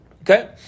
Okay